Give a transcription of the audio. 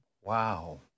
Wow